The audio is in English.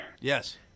Yes